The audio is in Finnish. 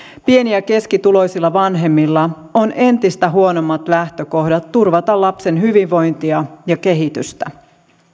pieni ja keskituloisilla vanhemmilla on entistä huonommat lähtökohdat turvata lapsen hyvinvointia ja kehitystä